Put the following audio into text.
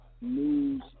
news